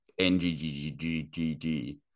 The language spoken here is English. NGGGGG